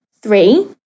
three